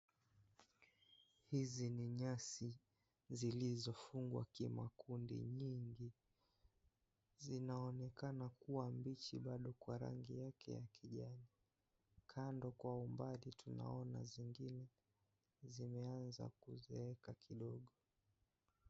Hizi ni nyasi, zilizofungwa kimakundi nyingi. Zinaonekana kuwa mbichi bado kwa rangi ya kijani. Kando kwa ubali tutaona zingine zimeaza kuzeeka kidogo.